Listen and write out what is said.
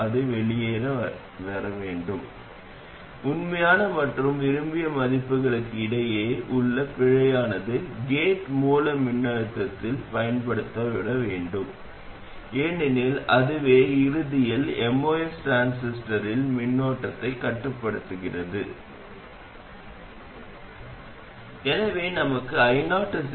எனவே RS மற்றும் RL இன் மதிப்புகளைப் பொருட்படுத்தாமல் வெளியீட்டு மின்னோட்டம் சுமை மின்னோட்டம் உள்ளீட்டு மின்னோட்டத்திற்கு சமமாக இருக்கும் எனவே அதைப் பயன்படுத்துகிறது